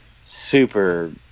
super